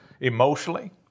emotionally